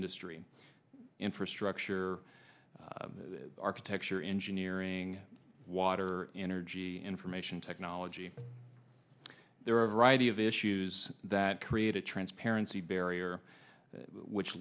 industry infrastructure architecture engineering water energy information technology there are a variety of issues that create a transparency barrier which